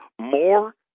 More